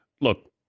Look